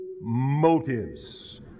motives